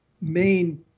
main